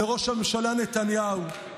לראש הממשלה נתניהו,